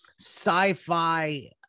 sci-fi